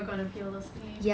it's never gonna feel the same